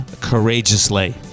courageously